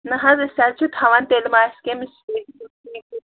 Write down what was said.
نہَ حظ أسۍ حظ چھِ تھاوان تیٚلہِ ما آسہِ